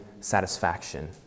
satisfaction